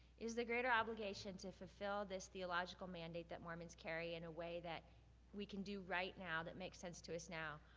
is there greater obligation to fulfill this theological mandate that mormons carry in a way that we can do right now that makes sense to us now?